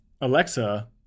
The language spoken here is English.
Alexa